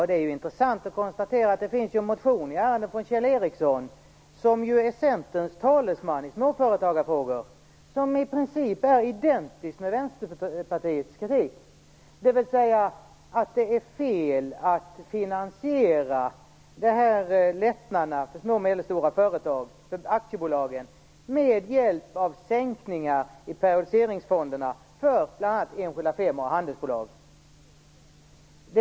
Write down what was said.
Det är intressant att konstatera att det finns en motion i ärendet från Kjell Ericsson, som ju är Centerns talesman i småföretagarfrågor, som i princip är identisk med Vänsterpartiets kritik, dvs. att det är fel att finansiera lättnaderna för små och medelstora företag - för aktiebolagen - med hjälp av sänkningar i periodiseringsfonderna för bl.a. enskilda firmor och handelsbolag.